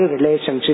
relationship